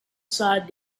sighed